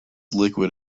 liquid